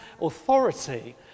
authority